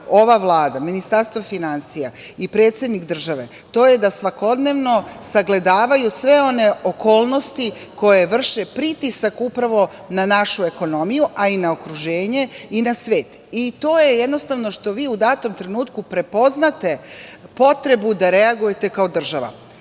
ova Vlada, Ministarstvo finansija i predsednik države to je da svakodnevno sagledavaju sve one okolnosti koje vrše pritisak upravo na našu ekonomiju, a i na okruženje i na svet i to je, jednostavno, što vi u datom trenutku prepoznate potrebu da reagujete kao država. Plan